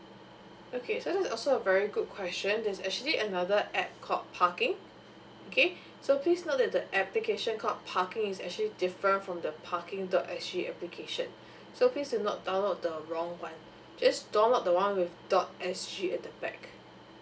okay so that is also a very good question there is actually another app called parking okay so please note that the application called parking is actually different from the parking dot s g application so please do not download the wrong one just download the one with dot s g at the back